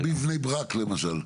כמו בבני ברק, למשל.